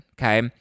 okay